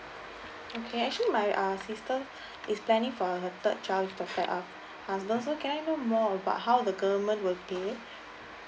okay actually my um sister is planning for her third child husband so can I know more about how the government will pay